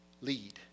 lead